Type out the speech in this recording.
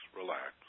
relax